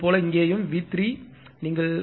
அதுபோல இங்கேயும் V3 என்றால் நீங்கள் 0